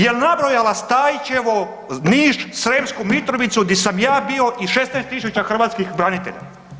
Jel' nabrojala Stajićevo, Niš, Sremsku Mitrovicu di sam ja bio i 16000 hrvatskih branitelja?